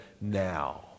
now